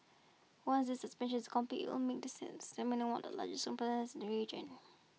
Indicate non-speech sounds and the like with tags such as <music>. once this expansion is complete <unintelligible> make the Sines terminal one of the largest <unintelligible> region